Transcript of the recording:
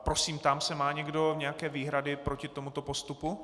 Prosím, ptám se má někdo nějaké výhrady proti tomuto postupu?